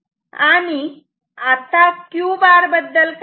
आणि आता Q bar बद्दल काय